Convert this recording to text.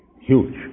huge